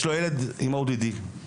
יש לו ילד עם ODD,